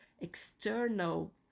External